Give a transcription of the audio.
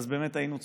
באמת היינו צוחקים,